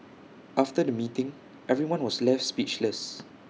after the meeting everyone was left speechless